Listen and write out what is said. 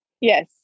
yes